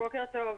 בוקר טוב.